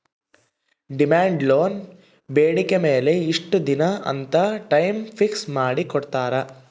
demand loan ಬೇಡಿಕೆ ಮೇಲೆ ಇಷ್ಟ ದಿನ ಅಂತ ಟೈಮ್ ಫಿಕ್ಸ್ ಮಾಡಿ ಕೋಟ್ಟಿರ್ತಾರಾ